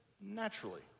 naturally